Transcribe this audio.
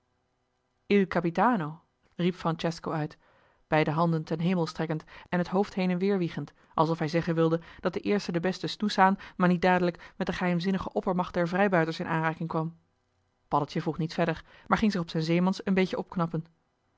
il capitano riep francesco uit beide handen ten hemel strekkend en het hoofd heen en weer wiegend alsof hij zeggen wilde dat de eerste de beste joh h been paddeltje de scheepsjongen van michiel de ruijter snoeshaan maar niet dadelijk met de geheimzinnige oppermacht der vrijbuiters in aanraking kwam paddeltje vroeg niet verder maar ging zich op zijn zeemans een beetje opknappen